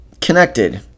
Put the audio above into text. connected